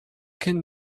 can